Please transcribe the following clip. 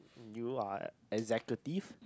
you are executive